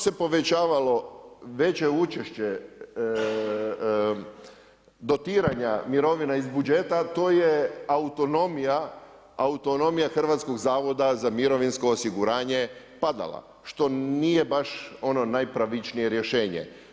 Što se povećavalo veće učešće dotiranja mirovina iz budžeta, to je autonomija Hrvatskog zavoda za mirovinsko osiguranje padala što nije baš ono najpravičnije rješenje.